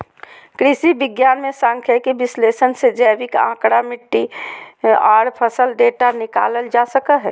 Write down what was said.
कृषि विज्ञान मे सांख्यिकीय विश्लेषण से जैविक आंकड़ा, मिट्टी आर फसल डेटा निकालल जा हय